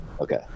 Okay